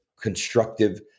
constructive